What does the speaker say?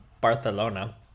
barcelona